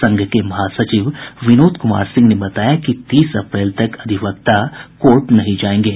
संघ के महासचिव विनोद कुमार सिंह ने बताया कि तीस अप्रैल तक अधिवक्ता कोर्ट नहीं आयेंगे